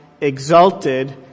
exalted